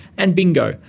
and bingo,